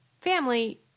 family